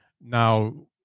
Now